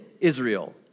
Israel